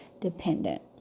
dependent